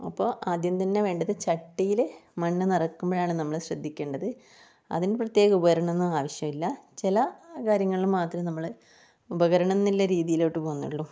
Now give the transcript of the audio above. അപ്പോൾ ആദ്യം തന്നെ വേണ്ടത് ചട്ടിയില് മണ്ണ് നിറക്കുമ്പഴാണ് നമ്മള് ശ്രദ്ധിക്കേണ്ടത് അതിന് പ്രത്യേകം ഉപകരണം ഒന്നും ആവശ്യമില്ല ചില കാര്യങ്ങളില് മാത്രേ നമ്മള് ഉപകരണംന്നില്ല രീതിയിലോട്ട് പോകുന്നുള്ളൂ